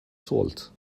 salt